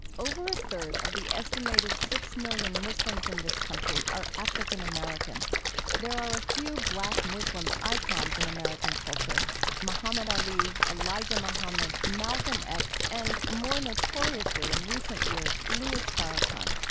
over a third of the estimated six million muslims in this country are african-american. there are a few black muslim icons in american culture muhammad ali, elijah muhammad, malcolm x and, more notoriously in recent years, louis farrakhan.